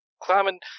climbing